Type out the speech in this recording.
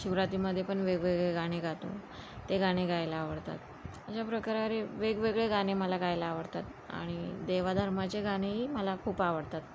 शिवरात्रीमध्ये पण वेगवेगळे गाणे गातो ते गाणे गायला आवडतात अशा प्रकारे अरे वेगवेगळे गाणे मला गायला आवडतात आणि देवाधर्माचे गाणेही मला खूप आवडतात